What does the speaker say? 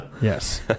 Yes